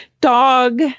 dog